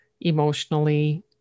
emotionally